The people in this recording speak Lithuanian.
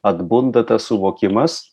atbunda tas suvokimas